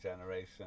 generation